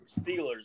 Steelers